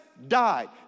died